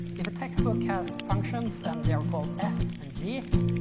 if a textbook has functions and they're called f and g,